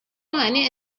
one